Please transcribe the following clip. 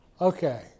Okay